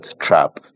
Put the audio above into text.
trap